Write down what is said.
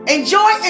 Enjoy